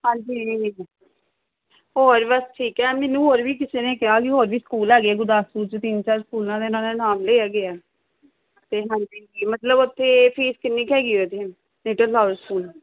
ਹਾਂਜੀ ਜੀ ਹੋਰ ਬਸ ਠੀਕ ਹੈ ਮੈਨੂੰ ਹੋਰ ਵੀ ਕਿਸੇ ਨੇ ਕਿਹਾ ਵੀ ਹੋਰ ਵੀ ਸਕੂਲ ਹੈਗੇ ਗੁਰਦਾਸਪੁਰ 'ਚ ਤਿੰਨ ਚਾਰ ਸਕੂਲਾਂ ਦੇ ਉਹਨਾਂ ਨੇ ਨਾਮ ਲਏ ਹੈਗਾ ਹੈ ਅਤੇ ਹਾਂਜੀ ਵੀ ਮਤਲਬ ਉੱਥੇ ਫੀਸ ਕਿੰਨੀ ਕੁ ਹੈਗੀ ਵੈਸੇ ਲਿਟਲ ਫਲਾਵਰ ਸਕੂਲ ਦੀ